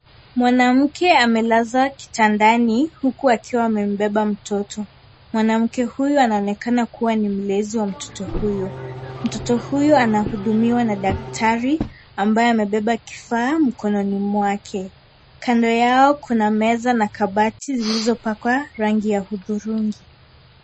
Mwanamke amelazwa kitandani huku akiwa amembeba mtoto. Mwanamke huyu anaoneka kuwa ni mlezi wa mtoto huyu. Mtoto huyu anahudumiwa na daktari ambaye amebeba kifaa mkononi mwake. Kando yao, kuna meza na kabati zilizopakwa rangi ya hudhurungi.